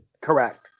Correct